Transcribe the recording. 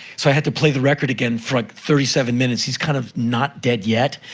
so i had to play the record again for, like, thirty seven minutes. he's kind of not dead yet.